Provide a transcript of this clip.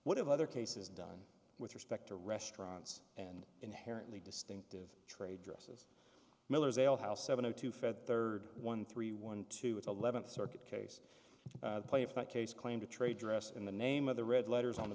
have other cases done respect to restaurants and inherently distinctive trade dresses miller's ale house seven o two fed third one three one to eleventh circuit case play five case claim to trade dress in the name of the red letters on the